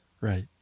Right